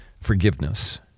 forgiveness